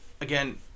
again